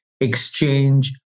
exchange